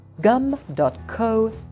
gum.co